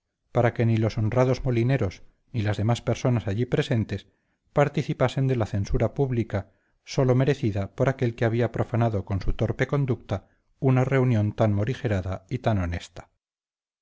para que ni los honrados molineros ni las demás personas allí presentes participasen de la censura pública sólo merecida por aquel que había profanado con su torpe conducta una reunión tan morigerada y tan honesta